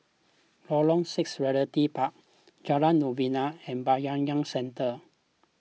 Lorong six Realty Park Jalan Novena and Bayanihan Centre